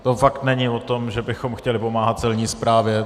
To fakt není o tom, že bychom chtěli pomáhat Celní správě.